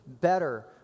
better